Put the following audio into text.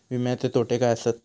विमाचे तोटे काय आसत?